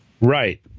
right